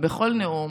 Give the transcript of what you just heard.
בכל נאום,